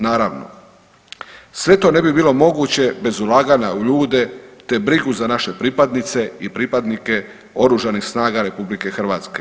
Naravno, sve to ne bi bilo moguće bez ulaganja u ljude, te brigu za naše pripadnice i pripadnike oružanih snaga RH.